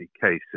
cases